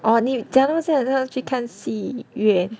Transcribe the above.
oh 你假如是要去看戏院